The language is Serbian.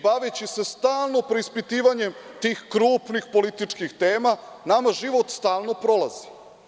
Baveći se stalno preispitivanjem tih krupnih političkih tema, nama život stalno prolazi.